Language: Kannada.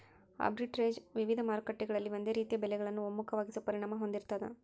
ಆರ್ಬಿಟ್ರೇಜ್ ವಿವಿಧ ಮಾರುಕಟ್ಟೆಗಳಲ್ಲಿ ಒಂದೇ ರೀತಿಯ ಬೆಲೆಗಳನ್ನು ಒಮ್ಮುಖವಾಗಿಸೋ ಪರಿಣಾಮ ಹೊಂದಿರ್ತಾದ